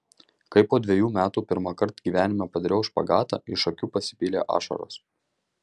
kai po dvejų metų pirmąkart gyvenime padariau špagatą iš akių pasipylė ašaros